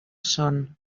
son